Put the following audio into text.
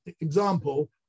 example